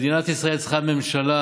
מדינת ישראל צריכה ממשלה.